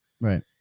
Right